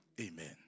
Amen